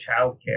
childcare